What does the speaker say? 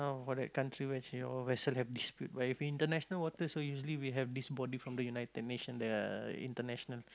ah for that country where you know vessel have dispute where if international water so usually we have this body from the United-Nation the International